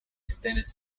extended